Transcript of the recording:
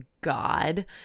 god